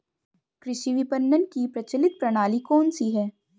कृषि विपणन की प्रचलित प्रणाली कौन सी है?